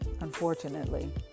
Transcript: unfortunately